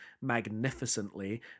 magnificently